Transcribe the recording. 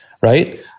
right